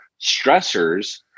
stressors